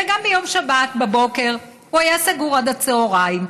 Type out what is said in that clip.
וגם ביום שבת בבוקר הוא היה סגור עד הצוהריים.